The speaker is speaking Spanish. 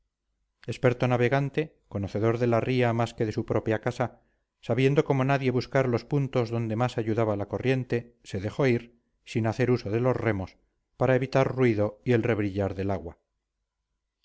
experto navegante conocedor de la ría más que de su propia casa sabiendo como nadie buscar los puntos donde más ayudaba la corriente se dejó ir sin hacer uso de los remos para evitar ruido y el rebrillar del agua